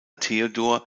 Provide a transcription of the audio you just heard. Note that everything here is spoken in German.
theodor